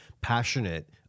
passionate